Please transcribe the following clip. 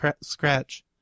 scratch